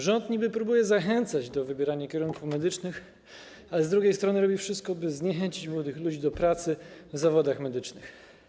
Rząd niby próbuje zachęcać do wybierania kierunków medycznych, ale z drugiej strony robi wszystko, by zniechęcić młodych ludzi do pracy w zawodach medycznych.